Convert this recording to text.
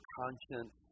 conscience